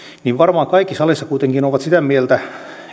niin varmaan kaikki salissa kuitenkin ovat sitä mieltä